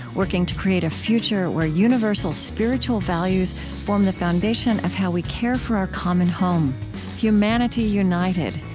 working to create a future where universal spiritual values form the foundation of how we care for our common home humanity united,